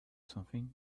something